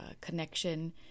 connection